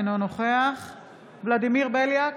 אינו נוכח ולדימיר בליאק,